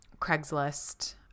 Craigslist